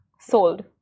Sold